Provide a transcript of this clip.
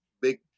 Big